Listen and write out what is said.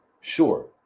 sure